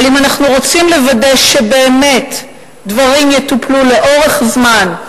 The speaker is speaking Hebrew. אבל אם אנחנו רוצים לוודא שבאמת דברים יטופלו לאורך זמן,